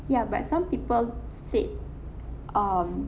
ya but some people said um